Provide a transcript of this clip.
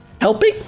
Helping